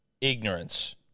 ignorance